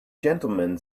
gentlemen